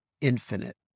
infinite